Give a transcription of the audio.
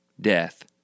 death